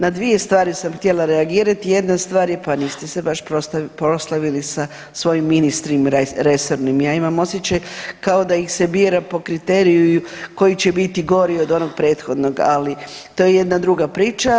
Na dvije stvari sam htjela reagirati, jedna stvar je pa niste se baš proslavili sa ministrom resornim, ja imam osjećaj kao da ih se bira po kriteriju koji će biti gori od onog prethodnog, ali to je jedna druga priča.